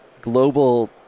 global